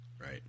Right